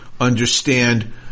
understand